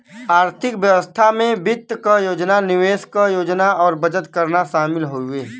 आर्थिक व्यवस्था में वित्त क योजना निवेश क योजना और बचत करना शामिल हउवे